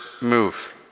move